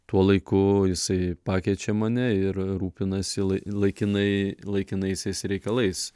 tuo laiku jisai pakenčia mane ir rūpinasi laikinai laikinaisiais reikalais